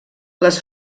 les